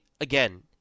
again